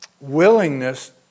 willingness